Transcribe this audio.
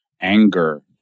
anger